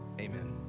amen